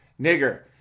nigger